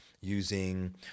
using